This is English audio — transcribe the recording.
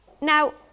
now